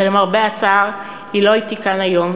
ולמרבה הצער היא לא אתי כאן היום,